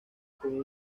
con